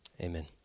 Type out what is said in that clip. Amen